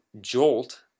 jolt